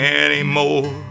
anymore